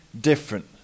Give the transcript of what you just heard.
different